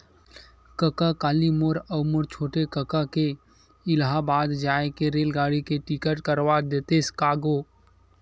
कका काली मोर अऊ मोर छोटे कका के इलाहाबाद जाय के रेलगाड़ी के टिकट करवा देतेस का गो